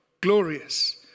glorious